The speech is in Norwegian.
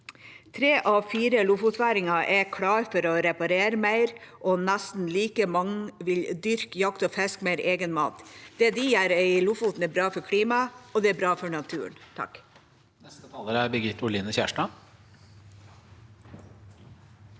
Tre av fire lofotværinger er klare for å reparere mer, og nesten like mange vil dyrke, jakte og fiske mer egen mat. Det de gjør i Lofoten, er bra for klimaet, og det er bra for naturen.